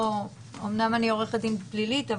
אמנם אני עורכת דין פלילית,